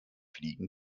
fliegen